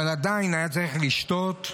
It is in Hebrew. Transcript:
עדיין היה צריך לשתות.